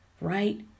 right